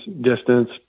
distance